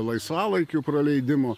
laisvalaikio praleidimo